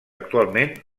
actualment